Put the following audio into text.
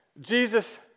Jesus